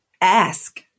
Ask